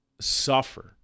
suffer